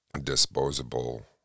disposable